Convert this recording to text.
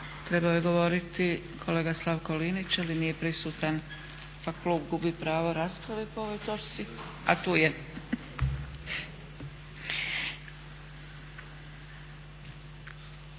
trebao je govoriti kolega Slavko Linić ali nije prisutan pa klub gubi pravo rasprave po ovoj točci. A tu je.